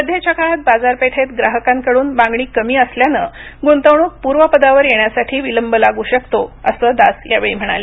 सध्याच्या काळात बाजारपेठेत ग्राहकांकडून मागणी कमी असल्याने गुंतवणूक पूर्वपदावर येण्यासाठी विलंब लागू शकतो असं दास यावेळी म्हणाले